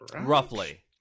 Roughly